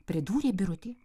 pridūrė birutė